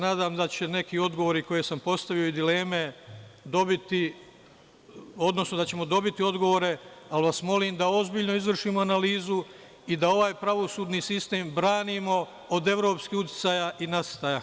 Nadam se da će neki odgovori koje sam postavio i dileme dobiti, odnosno da ćemo dobiti odgovore, ali vas molim da ozbiljno izvršimo analizu i da ovaj pravosudni sistem branimo od evropskih uticaja i nasrtaja.